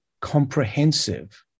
comprehensive